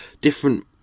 different